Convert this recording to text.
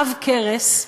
עב-כרס,